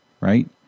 right